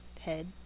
head